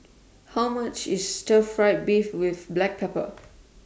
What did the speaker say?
How much IS Stir Fry Beef with Black Pepper